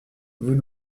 vous